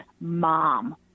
mom